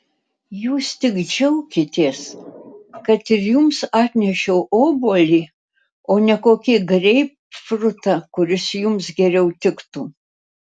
jūs tik džiaukitės kad ir jums atnešiau obuolį o ne kokį greipfrutą kuris jums geriau tiktų